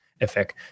effect